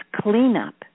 cleanup